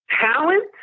talent